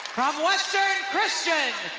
from western christian,